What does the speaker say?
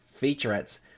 featurettes